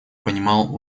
понимал